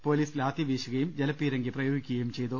police ലാത്തി വീശുകയും ജലപീരങ്കി പ്രയോ ഗിക്കുകയും ചെയ്തു